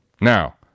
Now